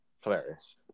Hilarious